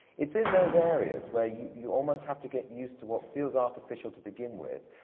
it's in those areas, where you you almost have to get used to what feels artificial to begin with,